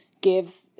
gives